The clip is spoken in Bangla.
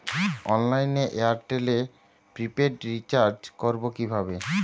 অনলাইনে এয়ারটেলে প্রিপেড রির্চাজ করবো কিভাবে?